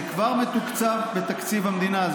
זה כבר מתוקצב בתקציב המדינה.